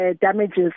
damages